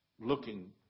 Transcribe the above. looking